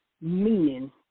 Meaning